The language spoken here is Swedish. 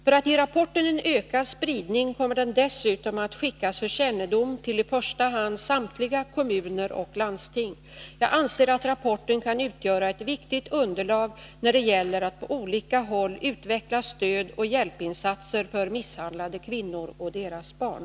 För att ge rapporten en ökad spridning kommer den dessutom att skickas för kännedom till i första hand samtliga kommuner och landsting. Jag anser att rapporten kan utgöra ett viktigt underlag när det gäller att på olika håll utveckla stödoch hjälpinsatser för misshandlade kvinnor och deras barn.